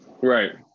Right